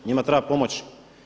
Njima treba pomoći.